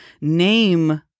name